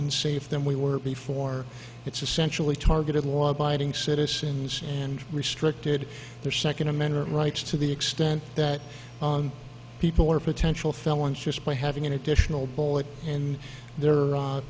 unsafe than we were before it's essentially targeted law abiding citizens and restricted their second amendment rights to the extent that people are potential felons just by having an additional bullet and their